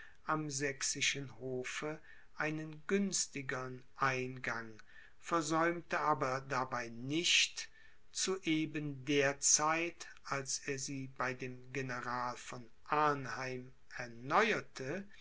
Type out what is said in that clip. am sächsischen hofe einen günstigern eingang versäumte aber dabei nicht zu eben der zeit als er sie bei dem general von arnheim erneuerte